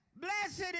Blessed